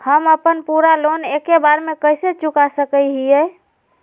हम अपन पूरा लोन एके बार में कैसे चुका सकई हियई?